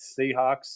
Seahawks